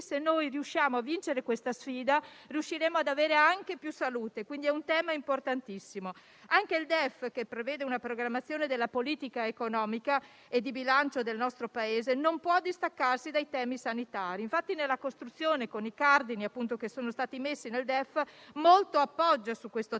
Se noi riusciamo a vincere questa sfida, riusciremo ad avere anche più salute. Quindi, è un tema importantissimo. Anche il DEF, che prevede una programmazione della politica economica e di bilancio del nostro Paese non può distaccarsi dai temi sanitari. Infatti, nella costruzione e nei cardini posti a sostegno del DEF, molto poggia sul tema